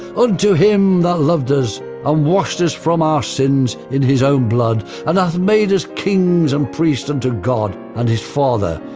unto him that loved us and um washed us from our sins in his own blood, and hath made us kings and priests unto god, and his father,